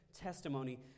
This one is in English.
testimony